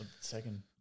second